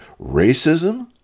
racism